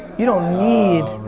you don't need.